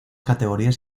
categorías